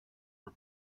for